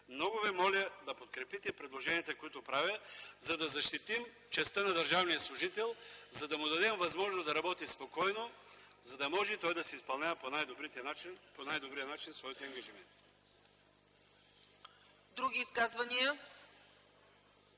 Много ви моля да подкрепите предложенията, които правя, за да защитим честта на държавния служител, да му дадем възможност да работи спокойно и да може да изпълнява по най-добрия начин своите ангажименти.